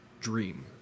dream